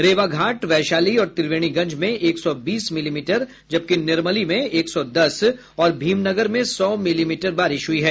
रेवाघाट वैशाली और त्रिवेणीगंज में एक सौ बीस मिलीमीटर जबकि निर्मली में एक सौ दस और भीमनगर में सौ मिलीमीटर बारिश हुई है